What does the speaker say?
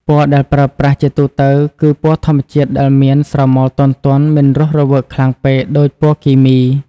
ពណ៌ដែលប្រើប្រាស់ជាទូទៅគឺពណ៌ធម្មជាតិដែលមានស្រមោលទន់ៗមិនរស់រវើកខ្លាំងពេកដូចពណ៌គីមី។